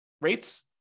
rates